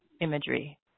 imagery